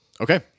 Okay